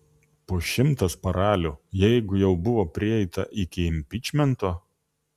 po šimtas paralių jeigu jau buvo prieita iki impičmento